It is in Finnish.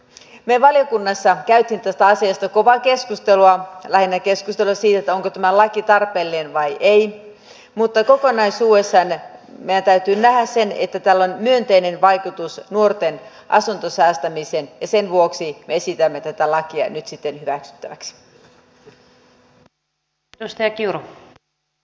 me valiokunnassa kävimme tästä asiasta kovaa keskustelua lähinnä keskustelua siitä onko tämä laki tarpeellinen vai ei mutta kokonaisuudessaan meidän täytyy nähdä se että tällä on myönteinen vaikutus nuorten asuntosäästämiseen ja sen vuoksi me esitämme tätä lakia nyt sitten hyväksyttäväksi